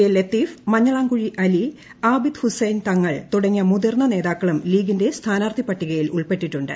A Latheef Manjalamkuzhi Ali Abid Hussain Thangal തുടങ്ങിയ മുതിർന്ന നേതാക്കളും ലീഗിന്റെ സ്ഥാനാർത്ഥി പട്ടികയിൽ ് ഉൾപ്പെട്ടിട്ടുണ്ട്